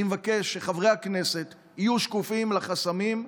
אני מבקש שחברי הכנסת יהיו שקופים לחסמים,